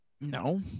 No